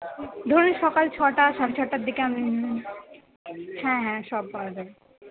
ধরুন সকাল ছটা সাড়ে ছটার দিকে আপনি হ্যাঁ হ্যাঁ সব পাওয়া যাবে